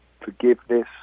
forgiveness